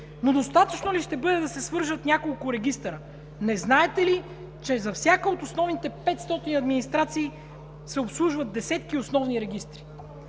Но достатъчно ли ще бъде да се свържат няколко регистъра? Не знаете ли, че за всяка от основните 500 администрации се обслужват десетки основни регистри?